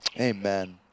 amen